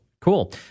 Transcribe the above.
cool